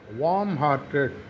warm-hearted